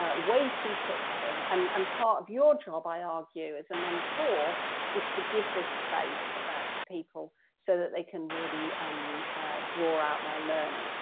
ah way too quickly. and um part of your job, i argue, as a mentor is to give this space to people so that they can really um draw out their learning.